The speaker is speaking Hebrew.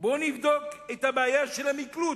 בואו נבדוק את בעיית המקלוט